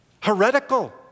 Heretical